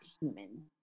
human